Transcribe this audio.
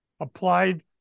applied